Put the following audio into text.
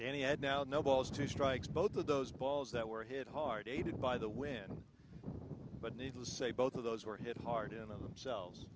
had now no balls two strikes both of those balls that were hit hard aided by the wind but needless to say both of those were hit hard in of themselves